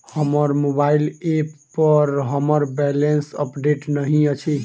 हमर mobile app पर हमर बैलेंस अपडेट नहि अछि